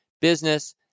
business